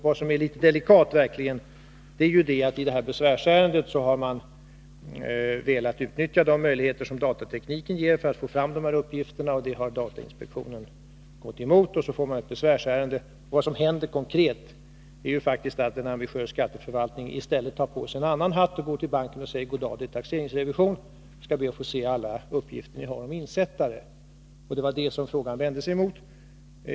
Vad som verkligen är litet delikat är att man i detta besvärsärende har velat utnyttja de möjligheter som datatekniken ger för att få fram dessa uppgifter. Det har datainspektionen gått emot, och så får man ett besvärsärende. Vad som händer konkret är faktiskt att en ambitiös skatteförvaltning i stället tar på sig en annan hatt och går till banken och säger: God dag, det är taxeringsrevision. Jag skall be att få se alla uppgifter ni har om insättare. — Det var det som min fråga vände sig emot.